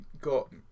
got